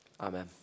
Amen